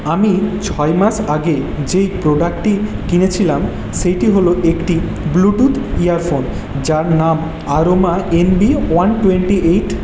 আমি ছয় মাস আগে যেই প্রোডাক্টটি কিনেছিলাম সেটি হলো একটি ব্লুটুথ ইয়ারফোন যার নাম Aroma N B one twenty eight